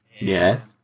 Yes